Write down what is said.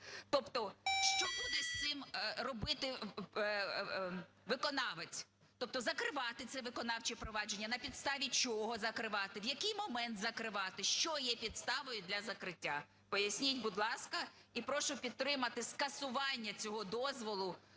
Тобто, що буде з цим робити виконавець? Тобто, закривати це виконавче провадження, на підставі чого закривати? В який момент закривати? Що є підставою для закриття? Поясніть, будь ласка. І прошу підтримати скасування цього дозволу,